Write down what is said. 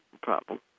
problem